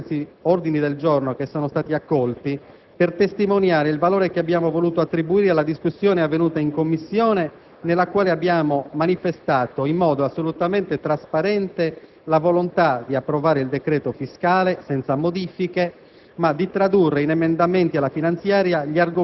Ho citato integralmente il dispositivo di uno dei diversi ordini del giorno che sono stati accolti per testimoniare il valore che abbiamo voluto attribuire alla discussione avvenuta in Commissione, nella quale abbiamo manifestato in modo assolutamente trasparente la volontà di approvare il decreto fiscale senza modifiche,